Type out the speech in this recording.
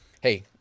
hey